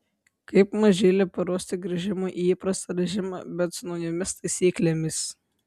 kaip mažylį paruošti grįžimui į įprastą režimą bet su naujomis taisyklėmis